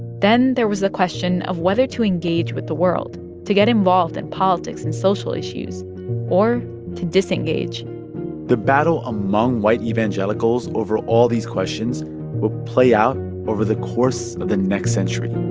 then there was the question of whether to engage with the world to get involved in politics and social issues or to disengage the battle among white evangelicals over all these questions would play out over the course of the next century